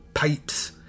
pipes